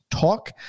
Talk